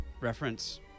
reference